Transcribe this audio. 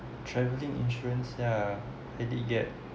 travelling insurance ya I did get